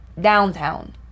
downtown